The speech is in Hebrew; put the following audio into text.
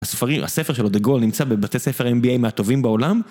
הספר שלו, דה גול, נמצא בבתי ספר NBA מהטובים בעולם.